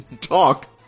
talk